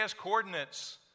coordinates